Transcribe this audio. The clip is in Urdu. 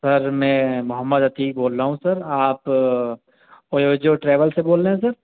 سر میں محمد عتیق بول رہا ہوں سر آپ اویو جو ٹریولس سے بول رہے ہیں سر